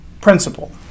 principle